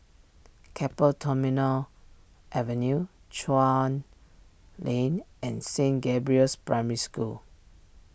Keppel Terminal Avenue Chuan Lane and Saint Gabriel's Primary School